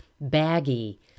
baggy